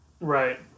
Right